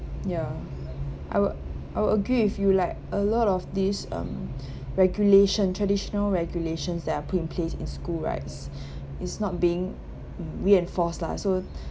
ya I would I would agree with you like a lot of this um regulation traditional regulations that are being placed in school rights is not being reinforced lah so